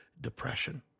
depression